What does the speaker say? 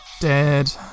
dead